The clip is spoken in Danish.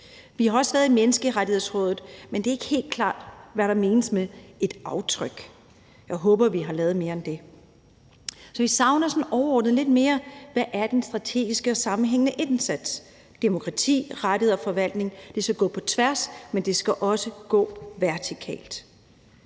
Vi har også været i Menneskerettighedsrådet, men det er ikke helt klart, hvad der menes med »et aftryk«. Jeg håber, vi har lavet mere end det. Så vi savner sådan overordnet lidt mere om, hvad den strategiske og sammenhængende indsats er. Demokrati, rettigheder og forvaltning skal gå på tværs, men det skal også gå vertikalt.